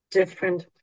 different